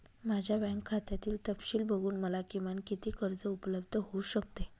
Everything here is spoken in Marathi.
माझ्या बँक खात्यातील तपशील बघून मला किमान किती कर्ज उपलब्ध होऊ शकते?